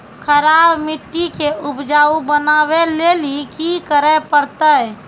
खराब मिट्टी के उपजाऊ बनावे लेली की करे परतै?